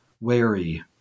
wary